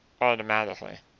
automatically